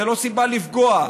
זו לא סיבה לפגוע,